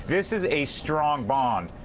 this is a strong but and